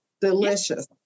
delicious